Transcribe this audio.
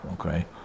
okay